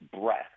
breath